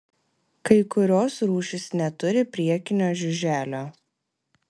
kai kurios rūšys neturi priekinio žiuželio